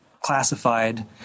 classified